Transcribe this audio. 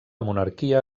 monarquia